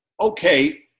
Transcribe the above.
Okay